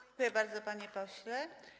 Dziękuję bardzo, panie pośle.